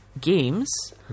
games